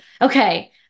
okay